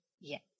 Yes